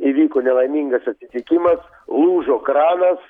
įvyko nelaimingas atsitikimas lūžo kranas